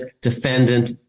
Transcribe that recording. defendant